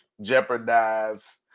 jeopardize